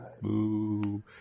Boo